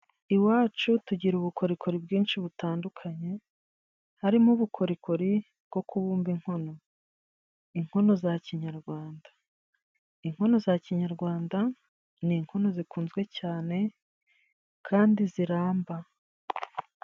Iwacu tugira ubukorikori bwinshi butandukanye harimo: ubukorikori bwo kubumba inkono. Inkono za kinyarwanda ,inkono za kinyarwanda ni inkono zikunzwe cyane kandi ziramba.